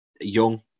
Young